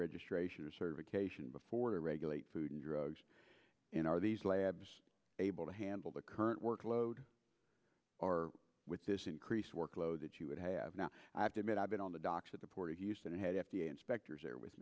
registration or survey cation before to regulate food and drugs and are these labs able to handle the current workload or with this increased workload that you would have now i have to admit i've been on the docks at the port of houston and had f d a inspectors there with